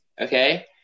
Okay